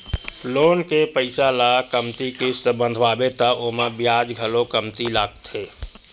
loan के पइसा ल कमती किस्त बंधवाबे त ओमा बियाज घलो कमती लागथे